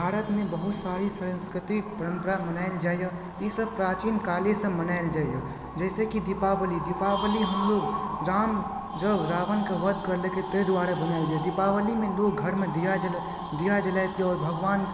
भारतमे बहुत सारी संस्कृति परम्परा मनाओल जाइया ई सब प्राचीन कालेसँ मनाओल जाइया जैसे कि दीपावली दीपावली हमलोग राम जब रावणकेँ वध करलकै तैँ दुआरे मनाओल जाइया दीपावलीमे लोग घरमे दिया जलायतै आओर भगवान